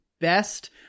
best